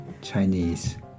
Chinese